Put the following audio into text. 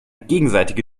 gegenseitige